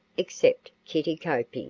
except kittie koepke,